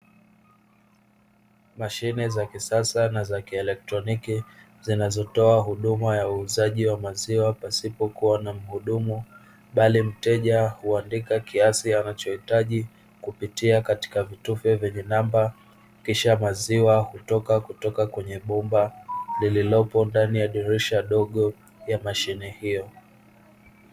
Mashine za kisasa na za kielektroniki zinazotoa huduma ya uuzaji wa maziwa pasipokuwa na mhudumu. Bali mteja huandika kiasi nachohitaji, kupitia katika vitufe vyenye namba kisha maziwa hutoka kutoka kwenye bomba lililopo ndani ya dirisha dogo ya mashine hiyo.